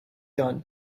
done